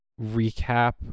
recap